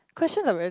question of a